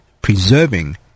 preserving